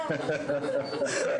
המצלמות.